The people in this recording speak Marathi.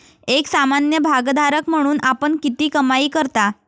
एक सामान्य भागधारक म्हणून आपण किती कमाई करता?